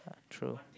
true